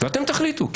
ואתם תחליטו,